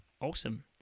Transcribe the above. Awesome